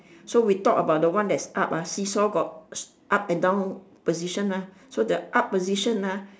so we talk about the one that is up ah see-saw got up and down position ah so the up position ah